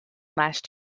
last